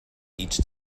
each